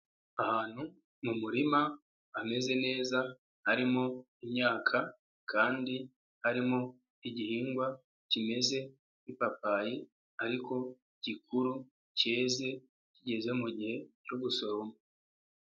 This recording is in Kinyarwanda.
Ahantu mu murima ameze neza harimo imyaka, kandi harimo igihingwa kimeze nk'ipapayi, ariko gikuru cyeze kigeze mu mugihe cyo gusoromwa.